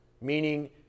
meaning